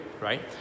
right